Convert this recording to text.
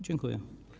Dziękuję.